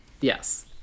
Yes